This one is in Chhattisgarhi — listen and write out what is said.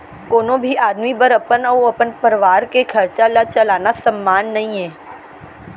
कोनो भी आदमी बर अपन अउ अपन परवार के खरचा ल चलाना सम्मान नइये